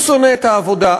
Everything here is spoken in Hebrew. הוא שונא את העבודה,